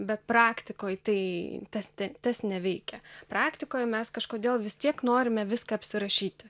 bet praktikoj tai tas tas neveikia praktikoj mes kažkodėl vis tiek norime viską apsirašyti